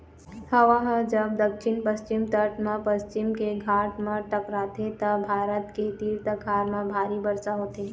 हवा ह जब दक्छिन पस्चिम तट म पश्चिम के घाट म टकराथे त भारत के तीर तखार म भारी बरसा होथे